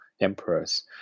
emperors